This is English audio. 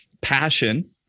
passion